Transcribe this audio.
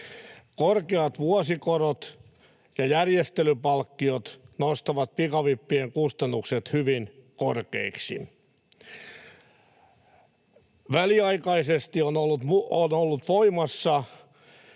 Korkeat vuosikorot ja järjestelypalkkiot nostavat pikavippien kustannukset hyvin korkeiksi. Väliaikaisesti on ollut voimassa